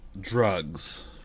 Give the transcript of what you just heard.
drugs